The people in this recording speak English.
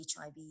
HIV